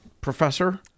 professor